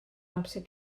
amser